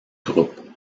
groupe